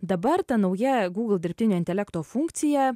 dabar ta nauja google dirbtinio intelekto funkcija